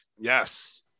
Yes